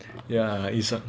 ya is up